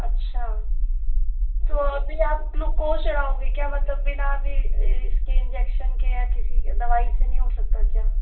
अच्छा तो अभी आप ग्लूकोस चढ़ाओगे क्या मतलब बिना अभी इसके इंजेक्शन के या किसी दवाई से नहीं हो सकता क्या